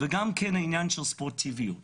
בעניין של ספורטיביות